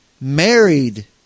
married